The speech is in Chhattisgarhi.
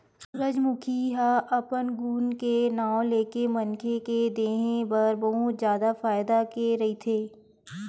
सूरजमूखी ह अपन गुन के नांव लेके मनखे मन के देहे बर बहुत जादा फायदा के रहिथे